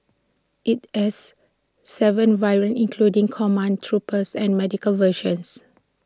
IT has Seven variants including command troopers and medical versions